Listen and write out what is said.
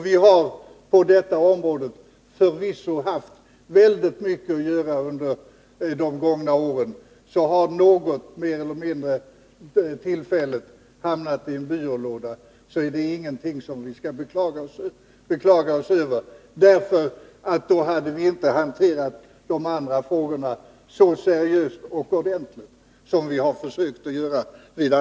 Vi har på detta område förvisso haft mycket att göra under de gångna åren, så om något mer eller mindre tillfälligt hamnat i en byrålåda är det ingenting som vi skall beklaga oss över. Annars hade vi inte kunnat hantera de andra frågorna så seriöst som vi vid alla tillfällen har försökt göra.